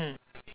mm